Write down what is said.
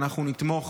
ואנחנו נתמוך